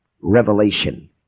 revelation